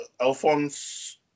Alphonse